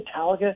Metallica –